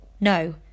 No